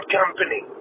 company